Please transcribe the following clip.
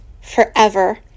forever